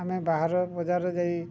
ଆମେ ବାହାର ବଜାର ଯାଇ